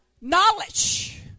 knowledge